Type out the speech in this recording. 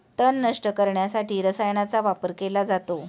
तण नष्ट करण्यासाठी रसायनांचा वापर केला जातो